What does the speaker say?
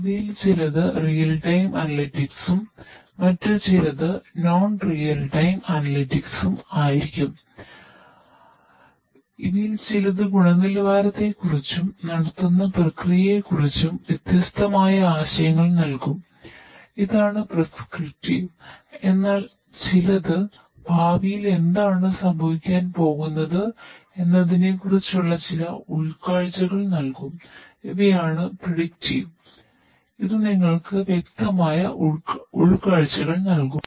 ഇവയിൽ ചിലത് ഗുണനിലവാരത്തെക്കുറിച്ചും നടത്തുന്ന പ്രക്രിയകളെക്കുറിച്ചും വ്യത്യസ്തമായ ആശയങ്ങൾ നൽകും ഇതാണ് പ്രെസ്ക്രിപ്റ്റീവ് ഇത് നിങ്ങൾക്ക് വ്യത്യസ്തമായ ഉൾക്കാഴ്ചകൾ നൽകും